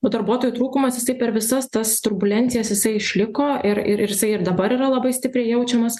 o darbuotojų trūkumas jisai per visas tas turbulencijas jisai išliko ir ir ir jisai ir dabar yra labai stipriai jaučiamas